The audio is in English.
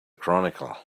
chronicle